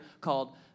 called